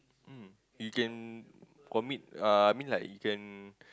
um you can commit uh I mean like you can